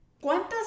¿cuántas